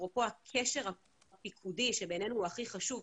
אפרופו הקשר הפיקודי שבעינינו הוא הכי חשוב,